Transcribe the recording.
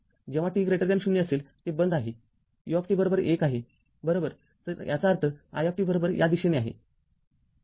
जेव्हा t0 असेल ते बंद आहे u१ आहे बरोबर तर याचा अर्थ i या दिशेने आहे